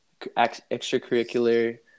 extracurricular